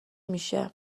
میشه